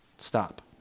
Stop